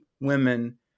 women